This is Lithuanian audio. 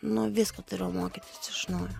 nu viską turėjau mokytis iš naujo